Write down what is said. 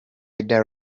ida